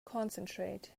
concentrate